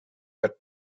are